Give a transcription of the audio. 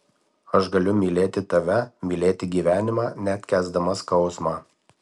aš galiu mylėti tave mylėti gyvenimą net kęsdama skausmą